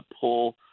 pull